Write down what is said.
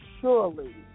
surely